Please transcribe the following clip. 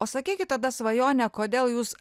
o sakykit tada svajone kodėl jūs